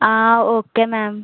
ఆ okay ma'am